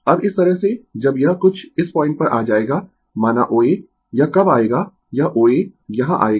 अब इस तरह से जब यह कुछ इस पॉइंट पर आ जाएगा माना OA यह कब आएगा यह OA यहां आएगा